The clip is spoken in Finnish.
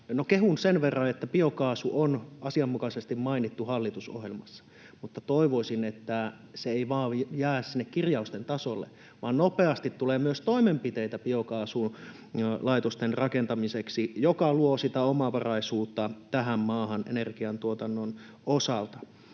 kehun sen verran, että biokaasu on asianmukaisesti mainittu hallitusohjelmassa, mutta toivoisin, että se ei vain jää sinne kirjausten tasolle vaan nopeasti tulee myös toimenpiteitä biokaasulaitosten rakentamiseksi, mikä luo sitä omavaraisuutta tähän maahan energiantuotannon osalta.